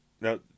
now